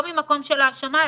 לא ממקום של האשמה,